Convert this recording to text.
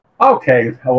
Okay